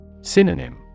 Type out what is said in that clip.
Synonym